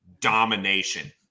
domination